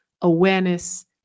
awareness